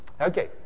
okay